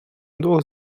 двох